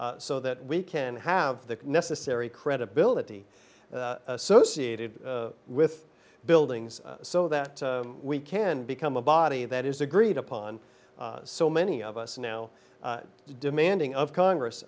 so that we can have the necessary credibility associated with buildings so that we can become a body that is agreed upon so many of us now demanding of congress